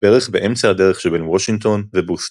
בערך באמצע הדרך שבין וושינגטון ובוסטון.